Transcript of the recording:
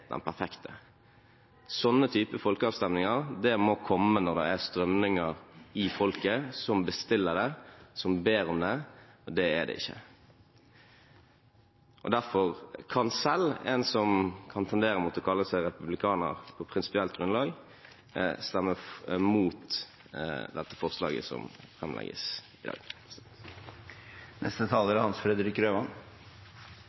perfekte. Slike folkeavstemninger må komme når det er strømninger i folket som bestiller det, og som ber om det, og det er det ikke. Derfor kan selv en som kan tendere mot å kalle seg republikaner på prinsipielt grunnlag, stemme imot dette forslaget som blir tatt opp i dag.